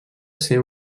ser